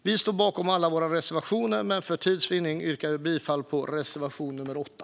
Jag står bakom alla våra reservationer, men för tids vinnande yrkar jag bifall endast till reservation nr 8.